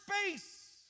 space